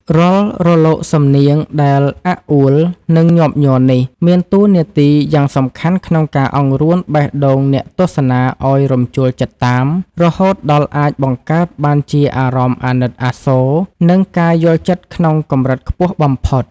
រាល់រលកសំនៀងដែលអាក់អួល និងញាប់ញ័រនេះ មានតួនាទីយ៉ាងសំខាន់ក្នុងការអង្រួនបេះដូងអ្នកទស្សនាឱ្យរំជួលចិត្តតាម រហូតដល់អាចបង្កើតបានជាអារម្មណ៍អាណិតអាសូរ និងការយល់ចិត្តក្នុងកម្រិតខ្ពស់បំផុត។